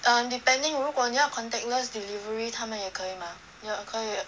err depending 如果你要 contactless delivery 他们也可以吗也可以